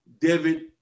David